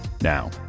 Now